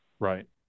Right